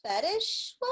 fetish